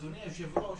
אדוני היושב-ראש,